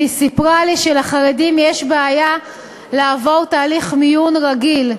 והיא סיפרה לי שלחרדים יש בעיה לעבור תהליך מיון רגיל,